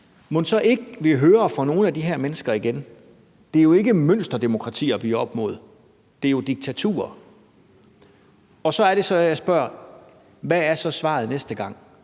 – mon ikke vi så hører fra nogle af de her mennesker igen? Det er jo ikke mønsterdemokratier, vi er oppe mod. Det er jo diktaturer, og så er det, at jeg spørger: Hvad er så svaret næste gang?